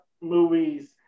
movies